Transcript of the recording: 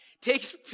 Takes